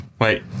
Wait